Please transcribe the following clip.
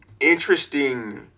interesting